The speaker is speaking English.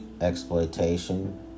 exploitation